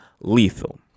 lethal